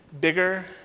bigger